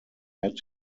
had